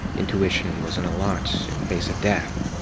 intuition wasn't a lot in the face of death.